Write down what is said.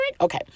Okay